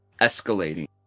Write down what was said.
Escalating